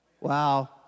Wow